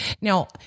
Now